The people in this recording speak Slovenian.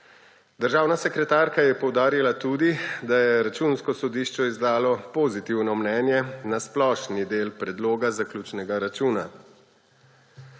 Državna sekretarka je poudarila tudi, da je Računsko sodišče izdalo pozitivno mnenje na splošni del predloga zaključnega računa.